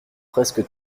presque